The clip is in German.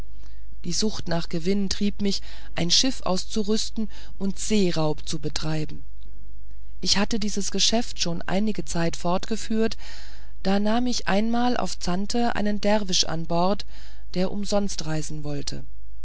die sucht nach gewinn trieb mich ein schiff auszurüsten und seeraub zu treiben ich hatte dieses geschäft schon einige zeit fortgeführt da nahm ich einmal auf zante einen derwisch an bord der umsonst reisen wollte